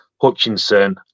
Hutchinson